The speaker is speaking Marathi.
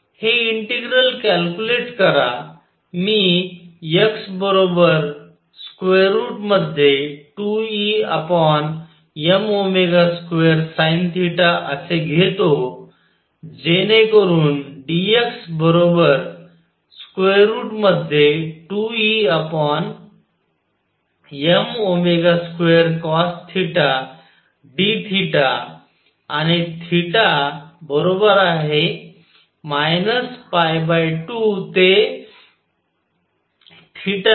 हे इंटिग्रल कॅल्क्युलेट करा मी x 2Em2 sinθ असे घेतो जेणे करून dx 2Em2 cos dθ आणि 2 ते θ 2